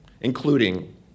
including